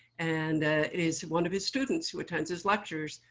and it is one of his students, who attends his lectures,